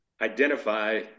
identify